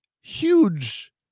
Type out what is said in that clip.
huge